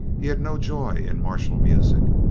he had no joy in martial music.